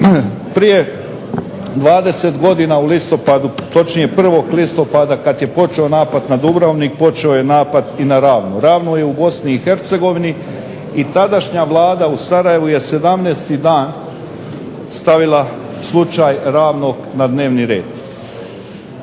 Prije 20 godina u listopadu točnije 1. listopada kad je počeo na Dubrovnik počeo je napad i na Ravno. Ravno je u Bosni i Hercegovini i tadašnja Vlada u Sarajevu je 17 dan stavila slučaj Ravnog na dnevni red.